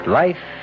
life